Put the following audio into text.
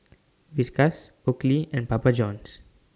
Whiskas Oakley and Papa Johns